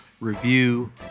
review